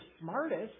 smartest